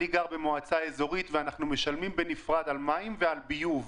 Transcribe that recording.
אני גר במועצה אזורית ואנחנו משלמים בנפרד על מים ועל ביוב.